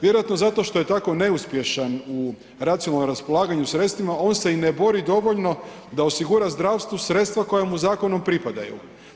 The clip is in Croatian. Vjerojatno zato što je tako neuspješan u racionalnom raspolaganju sredstvima on se i ne bori dovoljno da osigura zdravstvu sredstva koja mu zakonom pripadaju.